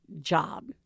job